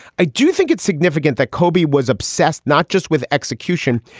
i do think it's significant that kobe was obsessed not just with execution,